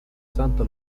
santa